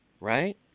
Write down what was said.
right